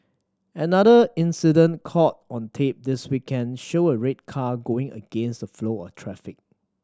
another incident caught on tape this weekend showed a red car going against the flow of traffic